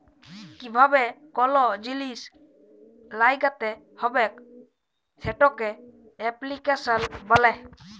কিভাবে কল জিলিস ল্যাগ্যাইতে হবেক সেটকে এপ্লিক্যাশল ব্যলে